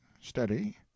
steady